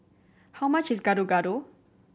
how much is Gado Gado